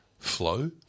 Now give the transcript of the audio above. Flow